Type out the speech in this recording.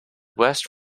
west